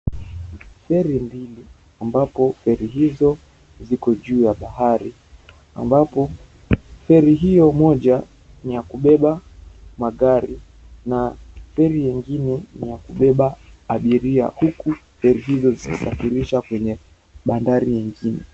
Feri mbili ambapo feri hizo ziko juu ya bahari, ambapo feri hio moja ni ya kubeba magari na feri ingine ni ya kubeba abiria huku feri hizo zikisafirisha kwenye bandari nyingine.